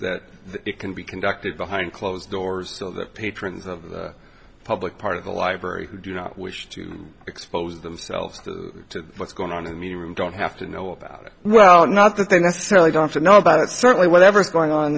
that it can be conducted behind closed doors so that patrons of the public part of the library who do not wish to expose themselves to what's going on in the room don't have to know about it well not that they necessarily don't know about it certainly whatever is going on